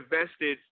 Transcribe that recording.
invested